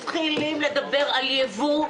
מתחילים לדבר על ייבוא,